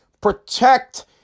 protect